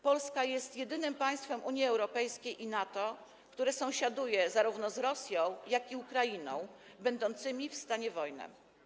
Polska jest jedynym państwem Unii Europejskiej i NATO, które sąsiaduje zarówno z Rosją, jak i Ukrainą, będącymi w stanie wojny.